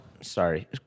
Sorry